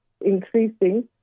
increasing